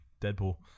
Deadpool